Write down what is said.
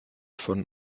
von